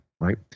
Right